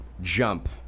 jump